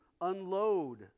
unload